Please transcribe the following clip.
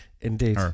Indeed